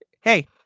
hey